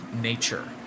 Nature